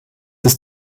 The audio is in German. ist